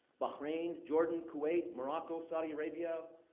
bahrain, jordan, kuwait, morocco, saudi arabia,